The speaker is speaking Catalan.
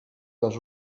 les